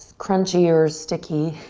crunchy or sticky